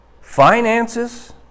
finances